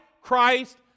Christ